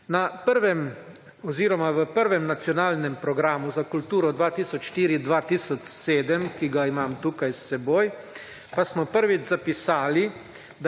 Na prvem oziroma v prvem Nacionalnem programu za kulturo 2004 in 2007, ki ga ima tukaj s seboj pa smo prvič zapisali,